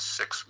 six